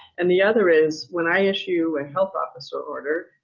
and the other is when i issue a health officer order,